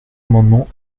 amendement